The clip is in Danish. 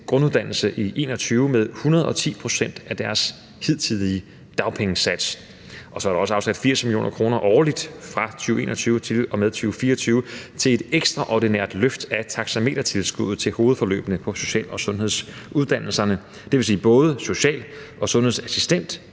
sosu-assistentgrunduddannelse i 2021 med 110 pct. af deres hidtidige dagpengesats. Og så er der også afsat 80 mio. kr. årligt, fra 2021 til og med 2024 til et ekstraordinært løft af taxametertilskuddet til hovedforløbene på social- og sundhedsuddannelserne, dvs. både social- og sundhedsassistent